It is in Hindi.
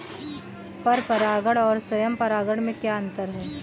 पर परागण और स्वयं परागण में क्या अंतर है?